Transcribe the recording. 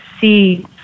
see